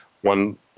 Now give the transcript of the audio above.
one